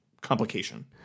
complication